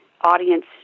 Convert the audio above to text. audience